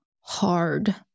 hard